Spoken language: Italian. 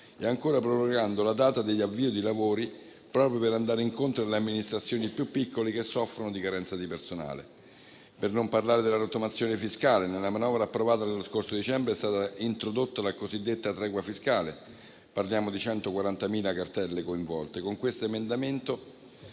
e ancora prorogando la data di avvio di lavori proprio per andare incontro alle amministrazioni più piccole che soffrono di carenza di personale. Quanto alla rottamazione fiscale, nella manovra approvata nello scorso dicembre è stata introdotta la cosiddetta tregua fiscale: parliamo di 140.000 cartelle coinvolte. Con questo provvedimento